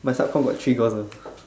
my sub comm got three girls ah